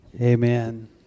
Amen